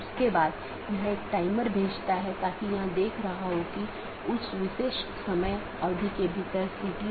तीसरा वैकल्पिक सकर्मक है जो कि हर BGP कार्यान्वयन के लिए आवश्यक नहीं है